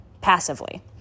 passively